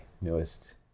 newest